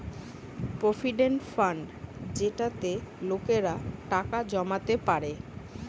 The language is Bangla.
প্রভিডেন্ট ফান্ড যেটাতে লোকেরা টাকা জমাতে পারে